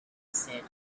said